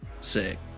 Sick